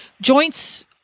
joints